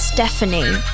Stephanie